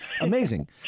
Amazing